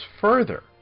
further